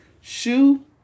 shoe